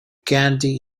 gandhi